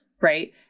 right